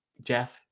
Jeff